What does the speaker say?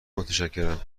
متشکرم